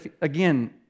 again